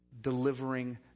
delivering